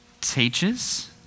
teaches